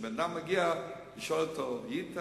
כשבן-אדם מגיע, לשאול אותו: היית?